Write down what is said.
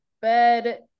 bed